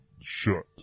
shut